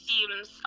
Seems